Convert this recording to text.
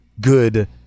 good